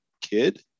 kid